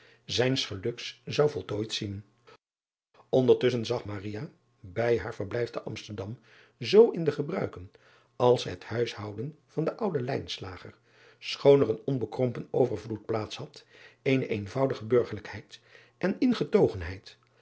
zijn geluk zou voltooid zien ndertusschen zag bij haar verblijf te msterdam zoo in de gebruiken als het huishouden van den ouden schoon er een onbekrompen overvloed plaats had eene eenvoudige burgerlijkheid en